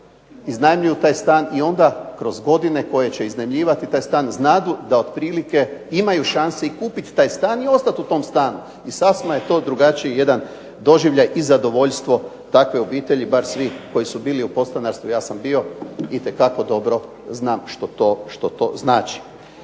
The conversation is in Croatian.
iznajmljuju taj stan i onda kroz godine koje će iznajmljivati taj stan znadu da otprilike imaju šanse i kupiti taj stan i ostati u tom stanu. I sasvim je to drugačiji jedan doživljaj i zadovoljstvo takve obitelji, bar svi koji su bili u podstanarstvu, ja sam bio, itekako dobro znam što to znači.